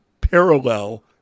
parallel